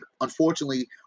unfortunately